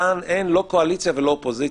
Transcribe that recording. כאן אין לא קואליציה ולא אופוזיציה.